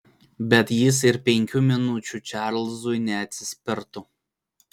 bet jis ir penkių minučių čarlzui neatsispirtų